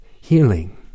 healing